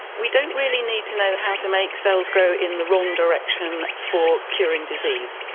we don't really need to know how to make cells grow in the wrong direction for curing disease.